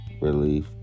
Relief